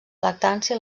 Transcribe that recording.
lactància